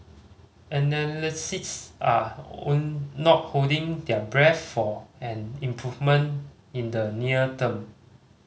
analysts are not holding their breath for an improvement in the near term